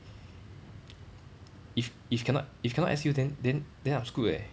if if cannot if cannot S_U then then then I'm screwed eh